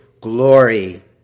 glory